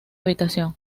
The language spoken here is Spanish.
habitación